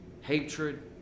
hatred